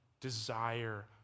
desire